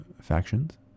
factions